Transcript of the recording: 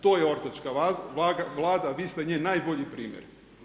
To je ortačka Vlada, vi ste njen najbolji primjer.